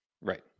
right